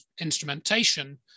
instrumentation